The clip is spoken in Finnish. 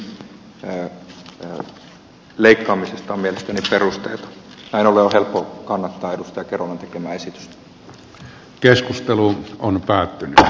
näin ollen on helppo kannattaa edustaja kerolan tekemää esitystä